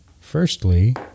firstly